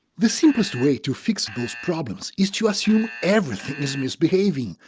the simplest way to fix those problems is to assume everything is misbehaving.